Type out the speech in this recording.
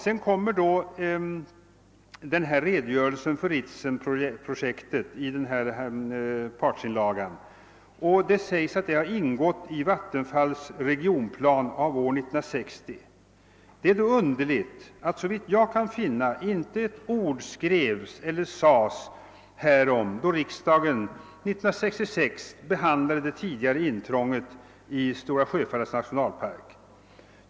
Härefter följer redogörelsen för Ritsemprojektet i partsinlagan, där det hävdas att detta har ingått i Vattenfalls regionplan från år 1960. Det är emellertid underligt att såvitt jag kan finna inte ett ord skrevs eller sades härom, då riksdagen 1966 behandlade det tidigare intrånget i Stora Sjöfallets nationalpark.